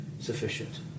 sufficient